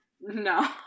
No